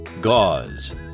Gauze